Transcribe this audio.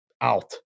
out